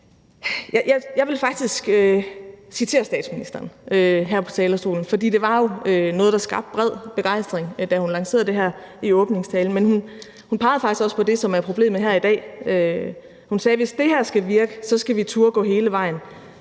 jeg vil faktisk citere statsministeren her på talerstolen, for det var jo noget, der skabte begejstring bredt, da hun lancerede det i åbningstalen. Men hun pegede faktisk også på det, som er problemet her i dag. Hun sagde: »For hvis det skal virke, så skal vi turde gå hele vejen.